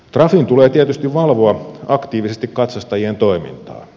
trafin tulee tietysti valvoa aktiivisesti katsastajien toimintaa